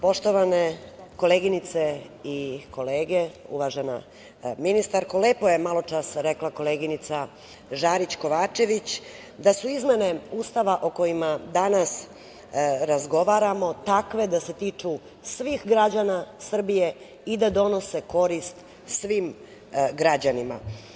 Poštovane koleginice i kolege, uvažena ministarko, lepo je malo čas rekla koleginica Žarić Kovačević, da su izmene Ustava o kojima danas razgovaramo takve da se tiču svih građana Srbije i da donose korist svim građanima.